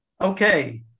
Okay